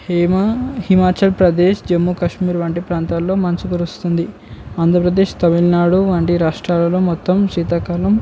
హేమ హిమాచల్ ప్రదేశ్ జమ్మూ కాశ్మీర్ వంటి ప్రాంతాల్లో మంచు కురుస్తుంది ఆంధ్రప్రదేశ్ తమిళనాడు వంటి రాష్ట్రాలలో మొత్తం శీతాకాలం